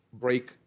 break